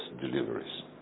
deliveries